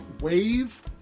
wave